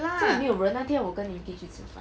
真的没有人那天我跟 larry 去吃饭